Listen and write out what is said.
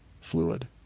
fluid